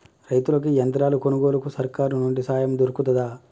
రైతులకి యంత్రాలు కొనుగోలుకు సర్కారు నుండి సాయం దొరుకుతదా?